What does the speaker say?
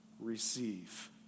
receive